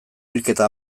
bilketa